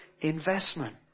investment